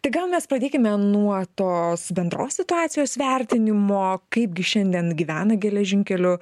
tai gal mes pradėkime nuo tos bendros situacijos vertinimo kaipgi šiandien gyvena geležinkelių